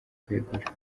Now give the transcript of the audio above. kwegura